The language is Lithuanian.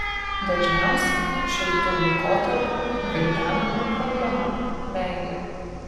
dažniausiai šiltu laikotarpiu gvildenama problema meilė